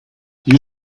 you